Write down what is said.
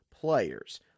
players